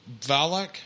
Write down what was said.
Valak